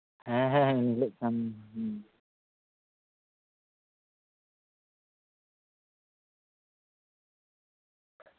ᱦᱮᱸ ᱦᱮᱸ ᱩᱱ ᱦᱤᱞᱳᱜ ᱠᱷᱚᱱ